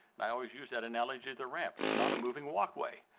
and i always use that analogy of the ramp, it's not a moving walkway.